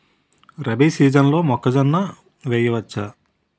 రబీ సీజన్లో మొక్కజొన్న వెయ్యచ్చా?